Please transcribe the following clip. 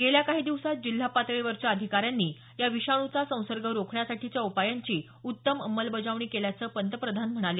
गेल्या काही दिवसात जिल्हा पातळीवरच्या अधिकाऱ्यांनी या विषाणूचा संसर्ग रोखण्यासाठीच्या उपायांची उत्तम अंमलबजावणी केल्याचं पंतप्रधान म्हणाले